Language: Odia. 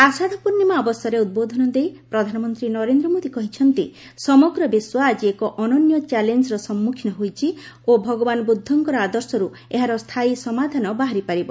ଆଷାଢ଼ ପୂର୍ଣ୍ଣିମା ଅବସରରେ ଉଦ୍ବୋଧନ ଦେଇ ପ୍ରଧାନମନ୍ତ୍ରୀ ନରେନ୍ଦ୍ର ମୋଦି କହିଛନ୍ତି ସମଗ୍ର ବିଶ୍ୱ ଆଜି ଏକ ଅନନ୍ୟ ଚ୍ୟାଲେଞ୍ଜର ସମ୍ମୁଖୀନ ହୋଇଛି ଓ ଭଗବାନ ବୁଦ୍ଧଙ୍କର ଆଦର୍ଶରୁ ଏହାର ସ୍ଥାୟୀ ସମାଧାନ ବାହାରିପାରିବ